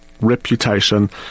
reputation